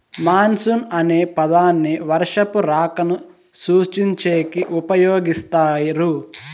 monsoon అనే పదాన్ని వర్షపు రాకను సూచించేకి ఉపయోగిస్తారు